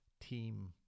team